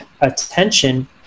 attention